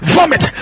Vomit